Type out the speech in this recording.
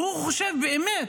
כי הוא חושב באמת,